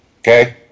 okay